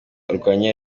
arwanya